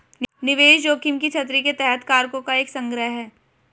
निवेश जोखिम की छतरी के तहत कारकों का एक संग्रह है